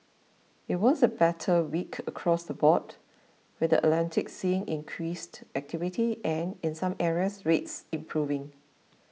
it was a better week across the board with the Atlantic seeing increased activity and in some areas rates improving